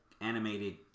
animated